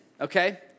okay